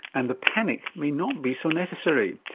and the panic may not be so necessary.